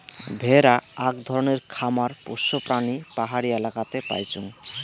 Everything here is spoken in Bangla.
ভেড়া আক ধরণের খামার পোষ্য প্রাণী পাহাড়ি এলাকাতে পাইচুঙ